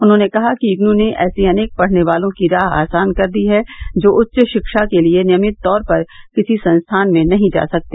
उन्होंने कहा कि इग्नू ने ऐसे अनेक पढ़ने वालों की राह आसान कर दी है जो उच्च शिक्षा के लिए नियमित तौर पर किसी संस्थान में नहीं जा सकते